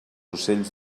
ocells